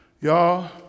y'all